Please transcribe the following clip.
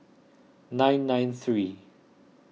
nine nine three